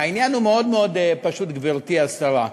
העניין הוא מאוד מאוד פשוט, גברתי השרה.